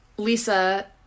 Lisa